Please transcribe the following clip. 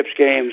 games